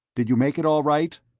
did you make it all right?